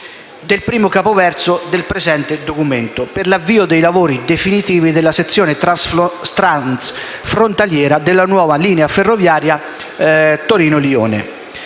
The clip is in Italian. del primo capoverso del presente documento, «per l'avvio dei lavori definitivi della sezione transfrontaliera della nuova linea ferroviaria Torino-Lione».